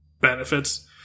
benefits